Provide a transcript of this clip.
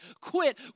quit